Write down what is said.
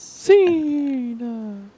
Cena